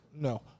No